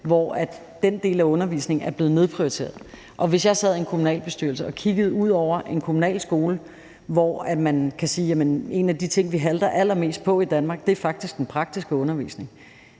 – at den del af undervisningen er blevet nedprioriteret, og hvis jeg sad i en kommunalbestyrelse og kiggede ud på de kommunale skoler, ville jeg lægge vægt på det. Et af de områder, hvor vi halter allermest i Danmark, er faktisk den praktiske undervisning.